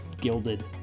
gilded